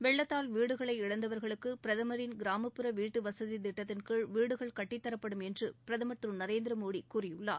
வெள்ளத்தால் வீடுகளை இழந்தவர்களுக்கு பிரதமரின் கிராமப்புற வீட்டு வசதி திட்டத்தின் கீழ் வீடுகள் கட்டிதரப்படும் என்று பிரதமர் திரு நரேந்திர மோடி கூறியுள்ளார்